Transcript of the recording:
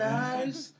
eyes